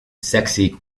sexy